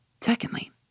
Secondly